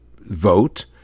vote